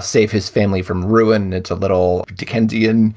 save his family from ruin. it's a little dickensian.